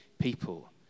people